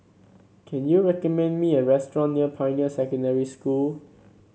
can you recommend me a restaurant near Pioneer Secondary School